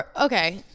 Okay